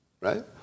right